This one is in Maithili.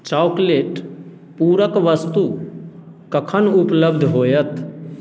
चॉकलेटपूरक वस्तु कखन उपलब्ध होएत